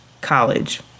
college